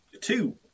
Two